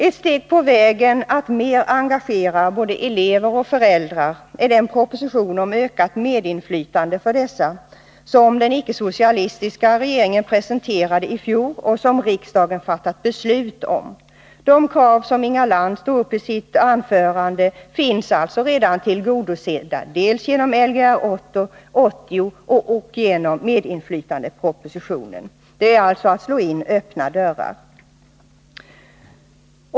Ett steg på vägen att mer engagera både elever och föräldrar är den proposition om ökat medinflytande för dessa som den icke-socialistiska regeringen presenterade i fjol och som riksdagen fattat beslut om. De krav som Inga Lantz tog upp i sitt anförande är alltså redan tillgodosedda, dels genom Ler 80, dels genom medinflytandepropositionen. Hon slår alltså in öppna dörrar.